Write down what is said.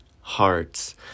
hearts